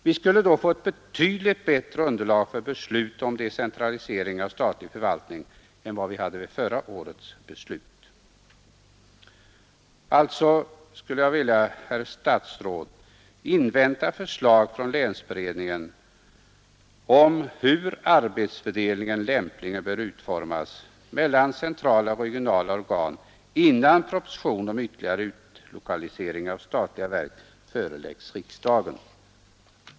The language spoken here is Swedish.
Vi skulle då få ett betydligt bättre underlag för beslut om decentralisering av statlig förvaltning än vad vi hade vid förra årets beslut. Vad jag alltså skulle vilja, herr statsråd, är att man inväntade förslag från länsberedningen om hur arbetsfördelningen lämpligen bör ske mellan regionala och centrala organ, innan propositionen om ytterligare utlokaliseringar av statliga verk föreläggs riksdagen.